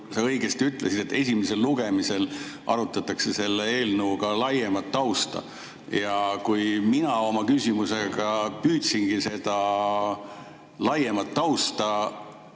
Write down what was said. sa õigesti ütlesid, esimesel lugemisel arutatakse ka eelnõu laiemat tausta. Mina oma küsimusega püüdsingi seda laiemat tausta